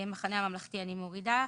ויעלו למליאה.